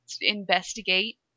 investigate